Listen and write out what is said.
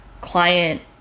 client